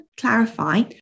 clarify